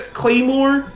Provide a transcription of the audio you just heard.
claymore